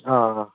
ꯑꯥ ꯑꯥ